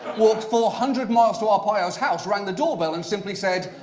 walked four hundred miles to arpaio's house, rang the door bell and simply said.